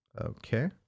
Okay